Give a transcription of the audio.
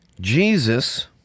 Jesus